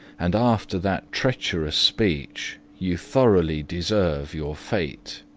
and after that treacherous speech you thoroughly deserve your fate.